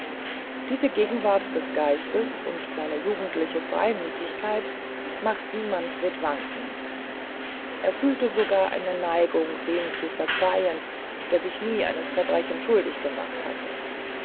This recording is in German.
diese gegenwart des geistes und seine jugendliche freymüthigkeit machten manfred wankend er fühlte sogar eine neigung dem zu verzeihen der sich nie eines verbrechens schuldig gemacht hatte